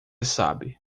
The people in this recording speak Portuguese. sabe